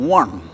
one